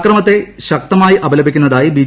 ആക്രമത്തെ ശക്തമായി അപലപിക്കുന്നതായി ബി